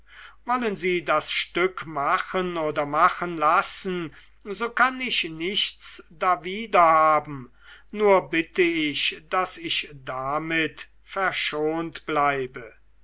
wollen sie das stück machen oder machen lassen so kann ich nichts dawider haben nur bitte ich daß ich damit verschont bleibe